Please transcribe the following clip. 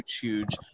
Huge